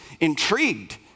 intrigued